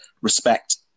respect